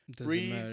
breathe